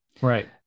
right